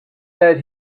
that